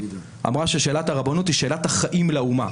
אמר ששאלת הרבנות היא שאלת החיים לאומה.